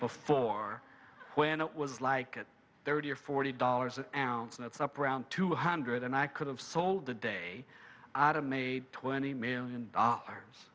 before when it was like thirty or forty dollars an ounce that's up around two hundred and i could have sold the day out a made twenty million dollars